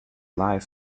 life